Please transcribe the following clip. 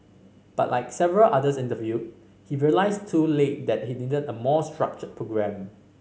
but like several others interviewed he realised too late that he needed a more structured programme